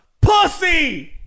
pussy